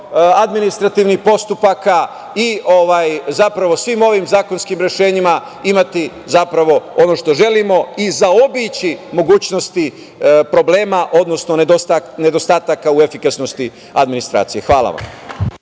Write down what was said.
administrativnih postupaka i svim ovim zakonskim rešenjima imati ono što želimo i zaobići mogućnosti problema, odnosno nedostataka u efikasnosti administracije. Hvala vam.